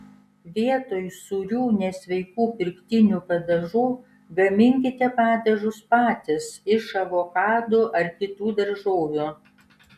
vietoj sūrių nesveikų pirktinių padažų gaminkite padažus patys iš avokadų ar kitų daržovių